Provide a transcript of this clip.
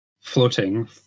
floating